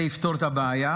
--- זה יפתור את הבעיה?